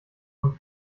von